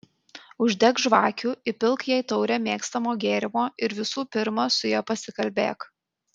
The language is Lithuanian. uždek žvakių įpilk jai taurę mėgstamo gėrimo ir visų pirma su ja pasikalbėk